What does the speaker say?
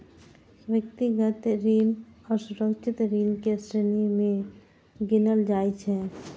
व्यक्तिगत ऋण असुरक्षित ऋण के श्रेणी मे गिनल जाइ छै